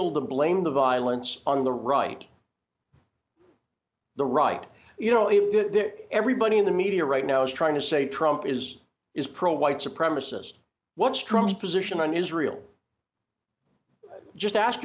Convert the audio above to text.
able to blame the violence on the right the right you know if everybody in the media right now is trying to say trump is is pro white supremacist what strong position on israel just ask